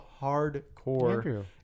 hardcore